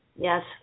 Yes